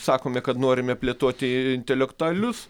sakome kad norime plėtoti intelektualius